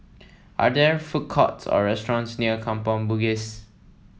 are there food courts or restaurants near Kampong Bugis